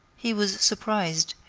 he was surprised,